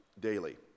daily